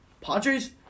Padres